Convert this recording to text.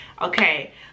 Okay